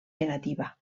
negativa